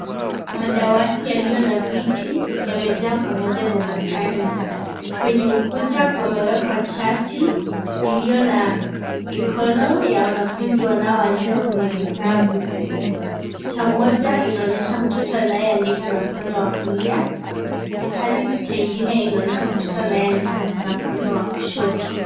Madawati yaliyo na viti, yamejaa pamoja darasani. Kwenye ukuta pamewekwa chati iliyo na mikono ya wanafunzi wanao andika kwenye vitabu. Cha moja inaonyesha mtoto anaye andika na mkono wa kulia ilhali inaonyesha pischa ingine ya mtoto anaye andika na mkono wa kushito.